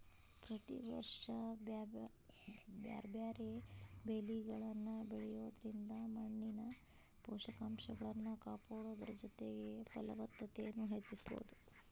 ಪ್ರತಿ ವರ್ಷ ಬ್ಯಾರ್ಬ್ಯಾರೇ ಬೇಲಿಗಳನ್ನ ಬೆಳಿಯೋದ್ರಿಂದ ಮಣ್ಣಿನ ಪೋಷಕಂಶಗಳನ್ನ ಕಾಪಾಡೋದರ ಜೊತೆಗೆ ಫಲವತ್ತತೆನು ಹೆಚ್ಚಿಸಬೋದು